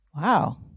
Wow